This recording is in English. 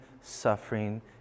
suffering